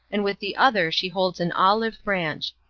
and with the other she holds an olive branch.